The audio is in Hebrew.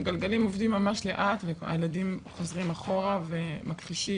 הגלגלים עובדים ממש לאט והילדים חוזרים אחורה ומכחישים.